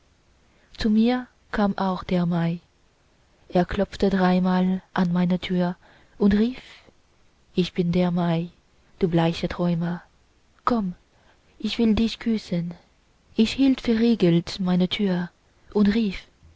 zu mir kam auch der mai er klopfte dreimal an meine tür und rief ich bin der mai du bleicher träumer komm ich will dich küssen ich hielt verriegelt meine tür und rief